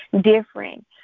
different